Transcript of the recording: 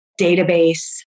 database